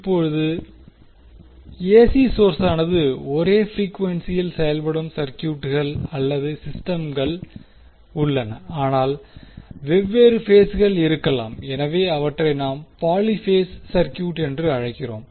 இப்போது ஏசி சோர்ஸானது ஒரே பிரீக்வென்ஸியில் செயல்படும் சர்க்யூட்கள் அல்லது சிஸ்டம்கள் உள்ளன ஆனால் வெவ்வேறு பேஸ்கள் இருக்கலாம் எனவே அவற்றை நாம் பாலி ஃபேஸ் சர்க்யூட் என்று அழைக்கிறோம்